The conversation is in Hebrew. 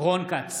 רון כץ,